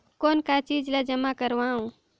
कौन का चीज ला जमा करवाओ?